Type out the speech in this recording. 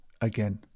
again